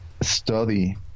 Study